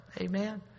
Amen